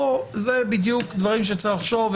אלה הם בדיוק דברים שצריך לחשוב עליהם,